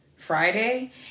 Friday